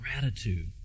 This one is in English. gratitude